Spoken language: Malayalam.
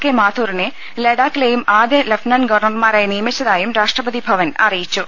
കെ മാഥൂറിനെ ലഡാക്കിലെയും ആദ്യ ലഫ്റ്റനന്റ് ്ഗവർണർമാരായി നിയമിച്ചതായും രാഷ്ട്രപതി ഭവൻ അറി യിച്ചു